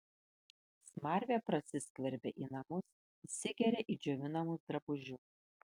smarvė prasiskverbia į namus įsigeria į džiovinamus drabužius